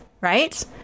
Right